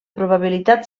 probabilitat